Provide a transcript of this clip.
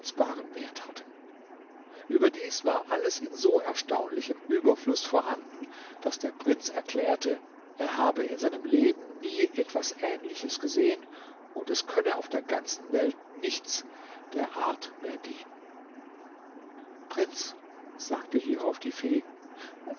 wert hatten überdies war alles in so erstaunlichem überfluß vorhanden daß der prinz erklärte er habe in seinem leben nie etwas ähnliches gesehen und es könne auf der ganzen welt nichts der art mehr geben prinz sagte hierauf die fee